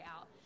out